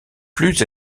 plus